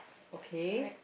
okay